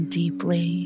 deeply